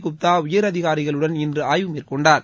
குப்தா உயர் அதிகாரிகளுடன் இன்று ஆய்வு மேற்கொண்டார்